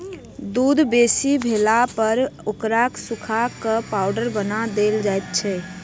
दूध बेसी भेलापर ओकरा सुखा क पाउडर बना देल जाइत छै